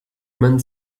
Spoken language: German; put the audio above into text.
man